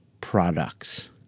products